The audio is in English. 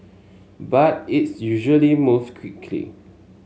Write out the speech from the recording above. but its usually move quickly